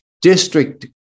District